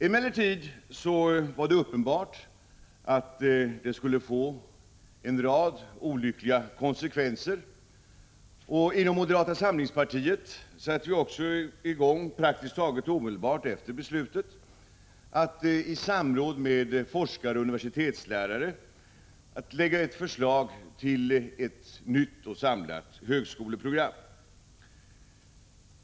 Emellertid var det uppenbart att den skulle få en rad olyckliga konsekvenser. Inom moderata samlingspartiet satte vi praktiskt taget omedelbart efter beslutet i gång med arbetet att i samråd med forskare och universitetslärare lägga fram ett förslag till ett nytt samlat högskoleprogram.